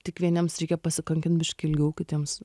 tik vieniems reikia pasikankin biškį ilgiau kitiems